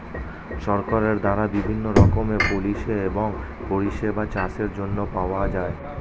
সরকারের দ্বারা বিভিন্ন রকমের পলিসি এবং পরিষেবা চাষের জন্য পাওয়া যায়